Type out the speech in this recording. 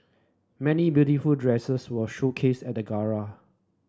many beautiful dresses were showcased at the gala